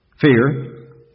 fear